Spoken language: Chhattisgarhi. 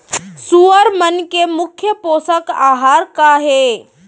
सुअर मन के मुख्य पोसक आहार का हे?